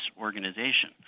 organization